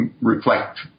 Reflect